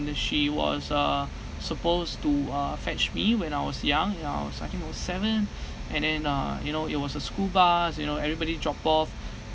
and then she was uh supposed to uh fetch me when I was young when I was I think I was seven and then uh you know it was a school bus you know everybody drop off